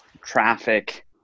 traffic